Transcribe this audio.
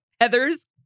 Heather's